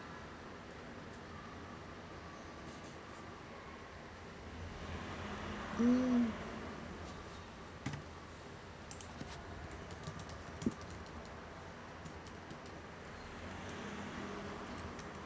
mm